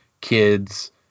kids